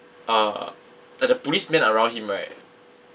uh like the policemen around him right